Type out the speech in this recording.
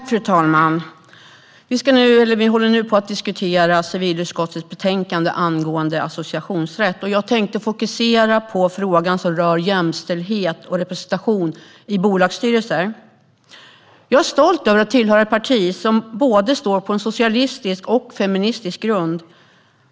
Fru talman! Vi debatterar just nu civilutskottets betänkande om associationsrätt. Jag tänkte fokusera på frågan som rör jämställdhet och representation i bolagsstyrelser. Jag är stolt över att tillhöra ett parti som står på en både socialistisk och feministisk grund.